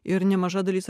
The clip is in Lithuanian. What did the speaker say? ir nemaža dalis